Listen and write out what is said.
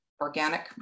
organic